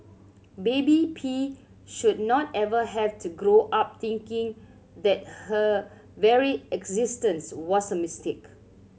baby P should not ever have to grow up thinking that her very existence was a mistake